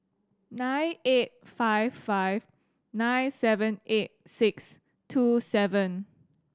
nine eight five five nine seven eight six two seven